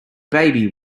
baby